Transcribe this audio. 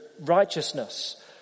Righteousness